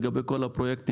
לגבי כל הפרויקטים,